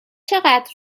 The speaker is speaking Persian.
چقدر